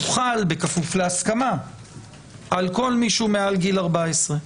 הוא חל בכפוף להסכמה על כל מי שהוא מעל גיל 14,